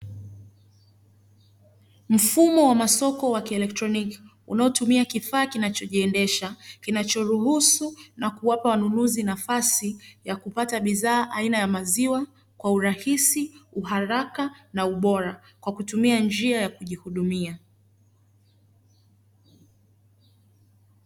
Mfumo wa masoko wa kielektroniki, unaotumia kifaa kinachojiendesha, kinachoruhusu na kuwapa wanunuzi nafasi ya kupata bidhaa aina ya maziwa kwa urahisi ,uharaka na ubora, kwa kutumia njia ya kujihudumia.